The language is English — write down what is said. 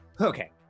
Okay